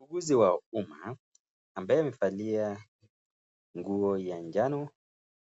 Muuguzi wa umma ambaye amevalia nguo ya njano